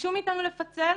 ביקשו מאיתנו לפצל,